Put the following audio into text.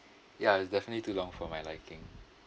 ya is definitely too long for my liking